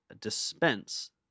dispense